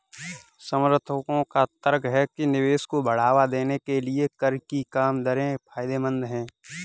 समर्थकों का तर्क है कि निवेश को बढ़ावा देने के लिए कर की कम दरें फायदेमंद हैं